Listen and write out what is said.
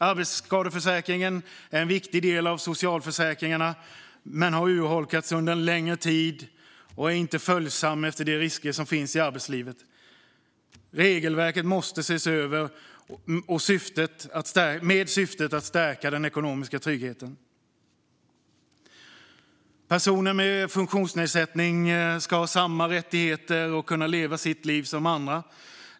Arbetsskadeförsäkringen är en viktig del av socialförsäkringarna men har urholkats under en längre tid och är inte följsam mot de risker som finns i arbetslivet. Regelverket måste ses över med syfte att stärka den ekonomiska tryggheten. Personer med funktionsnedsättning ska ha samma rättigheter som andra och kunna leva sitt liv som andra.